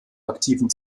aktiven